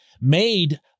made